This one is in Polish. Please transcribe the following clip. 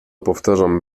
powtarzam